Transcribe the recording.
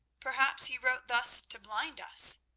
perhaps he wrote thus to blind us.